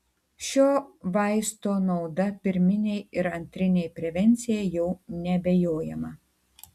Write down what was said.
šio vaisto nauda pirminei ir antrinei prevencijai jau neabejojama